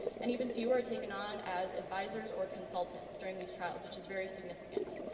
and even few are taken on as advisors or consultants during these trials, which is very significant.